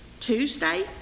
tuesday